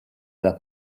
alla